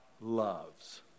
loves